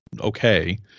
okay